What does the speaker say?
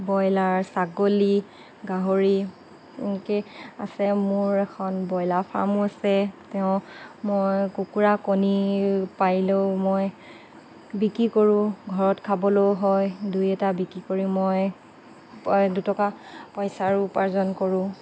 broiler ছাগলী গাহৰি এনেকৈ আছে মোৰ এখন ব্ৰয়লাৰ ফাৰ্মো আছে তেওঁ মই কুকুৰা কণী পাৰিলেও মই বিক্ৰী কৰোঁ ঘৰত খাবলৈয়ো হয় দুই এটা বিক্ৰী কৰিও মই দুটকা পইচাৰো উপাৰ্জন কৰোঁ